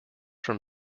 from